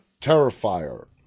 Terrifier